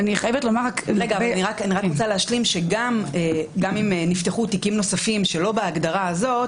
גם אם נפתחו תיקים נוספים שלא בהגדרה הזו,